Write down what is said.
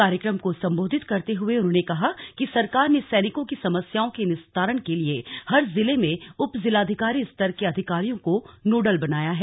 कार्यक्रम को संबोधित करते हुए उन्होंने कहा कि सरकार ने सैनिकों की समस्याओं के निस्तारण के लिए हर जिले में उपजिलाधिकारी स्तर के अधिकारियों को नोडल बनाया है